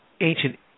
ancient